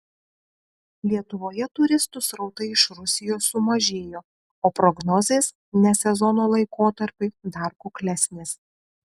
lietuvoje turistų srautai iš rusijos sumažėjo o prognozės ne sezono laikotarpiui dar kuklesnės